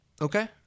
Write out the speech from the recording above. Okay